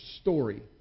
story